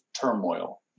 turmoil